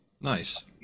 Nice